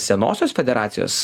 senosios federacijos